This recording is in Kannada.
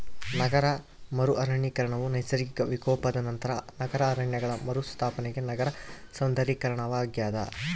ನಗರ ಮರು ಅರಣ್ಯೀಕರಣವು ನೈಸರ್ಗಿಕ ವಿಕೋಪದ ನಂತರ ನಗರ ಅರಣ್ಯಗಳ ಮರುಸ್ಥಾಪನೆ ನಗರ ಸೌಂದರ್ಯೀಕರಣವಾಗ್ಯದ